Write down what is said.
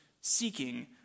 seeking